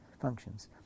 functions